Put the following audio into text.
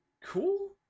cool